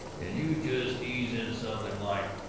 and you just ease in something like,